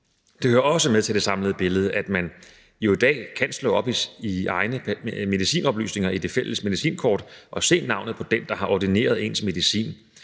Det hører også med til det samlede billede, at man jo i dag kan slå op i egne medicinoplysninger, i det fælles medicinkort, og se navnet på den, der har ordineret ens medicin.